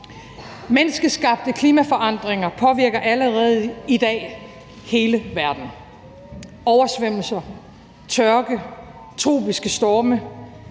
Menneskeskabte klimaforandringer påvirker allerede i dag hele verden: oversvømmelser, tørke, tropiske storme.